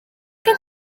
gen